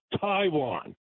Taiwan